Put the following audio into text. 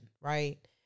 right